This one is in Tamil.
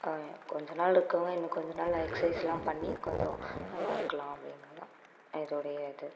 கொஞ்சம் நாள் இருக்கவங்க இன்னும் கொஞ்சம் நாள் எக்ஸைஸ்ஸெலாம் பண்ணி கொஞ்சம் நல்லா இருக்கலாம் அப்படின்ற தான் இதோடைய இது